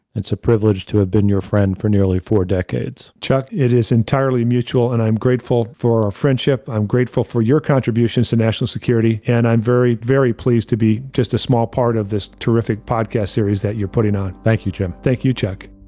it's a privilege to have been your friend for nearly four decades. chuck, it is entirely mutual, and i'm grateful for our friendship. i'm grateful for your contributions to national security. and i'm very, very pleased to be just a small part of this terrific podcast series that you're putting on. thank you, jim. thank you, chuck.